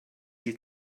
you